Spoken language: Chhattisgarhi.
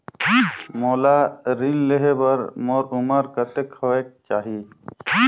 मोला ऋण लेहे बार मोर उमर कतेक होवेक चाही?